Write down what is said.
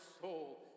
soul